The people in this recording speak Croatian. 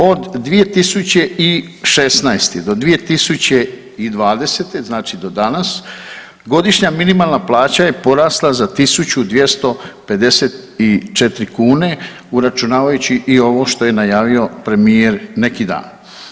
Od 2016. do 2020. znači do dana godišnja minimalna plaća je porasla za tisuću 254 kune uračunavajući i ovo što je najavio premijer neki dan.